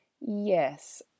Yes